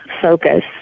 focus